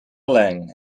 lang